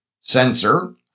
sensor